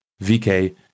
VK